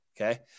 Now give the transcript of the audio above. okay